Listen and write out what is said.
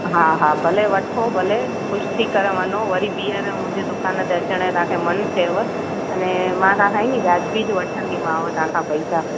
हा हा भले वठो भले ख़ुशि थी करे वञो वरी बीहर मुंहिंजी दुकानु ते अचण जो तव्हांखे मन थिएव अने मां तव्हांखां आहे नी वाजबी वठंदीमाव तव्हांखां पइसा